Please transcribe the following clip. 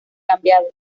cambiado